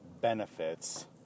benefits